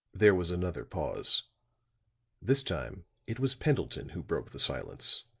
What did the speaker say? there was another pause this time it was pendleton who broke the silence.